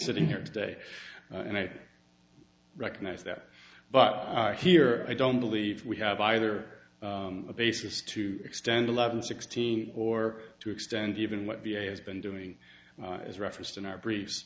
sitting here today and i recognize that but here i don't believe we have either a basis to extend eleven sixteen or to extend even what v a has been doing as referenced in our brief